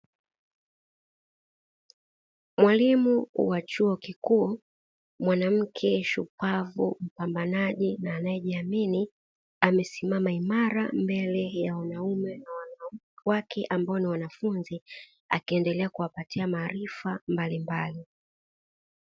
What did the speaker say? Mwalimu wa chuo kikuu mwanamke shupavu, mpambanaji na anayejiamini; amesimama imara mbele ya wanaume na wanawake ambao ni wanafunzi, akiendelea kuwapatia maarifa mbalimbali.